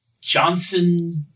Johnson